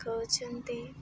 କହୁଛନ୍ତି